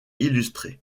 illustrés